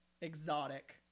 exotic